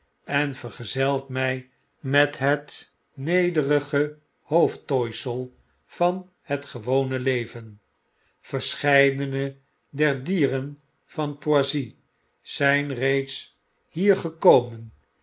en vergezelt mij met het nederige hoofdtooisel van het gewone leven verscheidene der dieren van poissy zjjn reeds hier gekomen